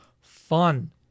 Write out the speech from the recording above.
fun